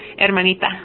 hermanita